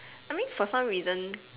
I mean for some reason